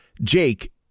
Jake